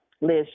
Liz